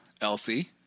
Elsie